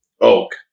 oak